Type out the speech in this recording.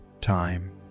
time